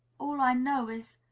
all i know is,